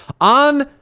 on